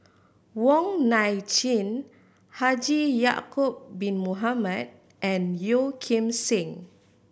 Wong Nai Chin Haji Ya'acob Bin Mohamed and Yeo Kim Seng